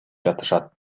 жатышат